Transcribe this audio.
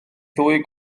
ddwy